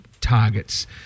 targets